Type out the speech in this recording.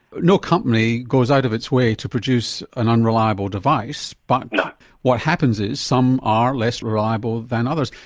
no company goes out of its way to produce an unreliable device but what happens is some are less reliable than others.